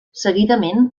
seguidament